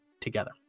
together